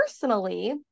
personally